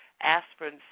aspirin